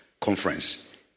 conference